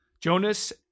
Jonas